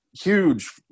huge